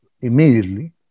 immediately